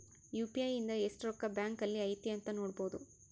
UPI ಇಂದ ಎಸ್ಟ್ ರೊಕ್ಕ ಬ್ಯಾಂಕ್ ಅಲ್ಲಿ ಐತಿ ಅಂತ ನೋಡ್ಬೊಡು